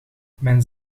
mijn